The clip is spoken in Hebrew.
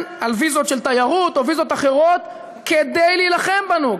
על ויזות של תיירות או ויזות אחרות כדי להילחם בנו,